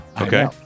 Okay